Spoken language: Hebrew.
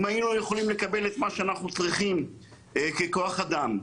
אם היינו יכולים לקבל את מה שאנחנו צריכים ככוח אדם.